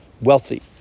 Wealthy